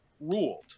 ruled